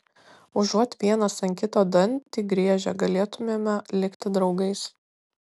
užuot vienas ant kito dantį griežę galėtumėme likti draugais